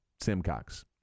Simcox